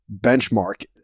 benchmark